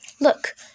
Look